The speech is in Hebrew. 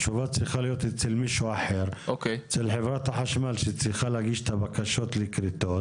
התשובה צריכה להיות אצל חברת החשמל שצריכה להגיש את הבקשות לכריתות